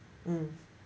mm